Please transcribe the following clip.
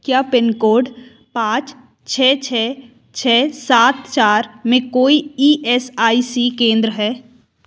क्या pin code पाँच छः छः छः सात चार में कोई ई एस आई सी केंद्र हैं